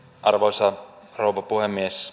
arvoisa rouva puhemies